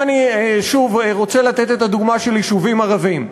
אני רוצה לתת שוב את הדוגמה של יישובים ערביים,